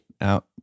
out